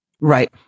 Right